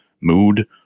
mood